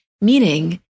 meaning